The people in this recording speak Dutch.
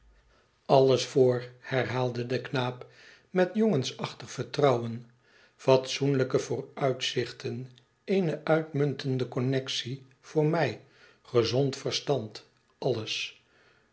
alles vr herhaalde de knaap met jongensachtig vertrouwen i fatsoenlijke vooruitzichten eene uitmuntende connexie voor mij gezond verstand alles